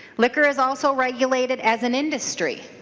liquor is also regulated as an industry.